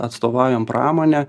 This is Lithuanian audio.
atstovaujam pramonę